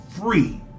free